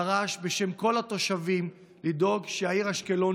דרש בשם כל התושבים לדאוג שהעיר אשקלון,